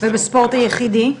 ובספורט היחידי?